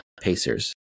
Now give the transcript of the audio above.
Pacers